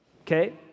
okay